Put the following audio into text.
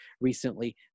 recently